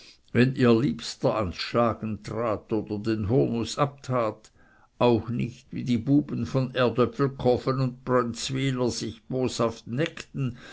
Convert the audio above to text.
wenn ihr liebster ans schlagen trat oder den hurnuß abtat auch nicht wie die buben von erdöpfelkofen und brönzwyler sich boshaft neckten